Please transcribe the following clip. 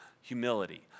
humility